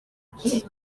ati